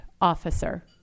officer